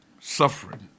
suffering